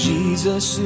Jesus